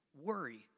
worry